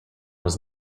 was